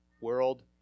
World